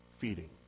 feeding